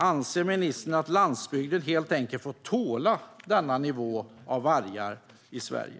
Anser ministern att landsbygden helt enkelt får tåla denna nivå av vargar i Sverige?